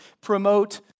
promote